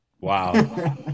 Wow